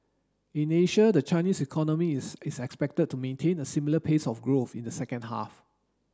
in Asia the Chinese economy is expected to maintain a similar pace of growth in the second half